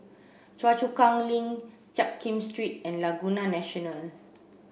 Choa Chu Kang Link Jiak Kim Street and Laguna National